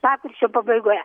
lapkričio pabaigoje